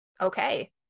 Okay